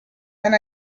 and